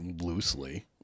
loosely